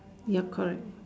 ya correct